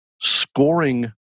scoring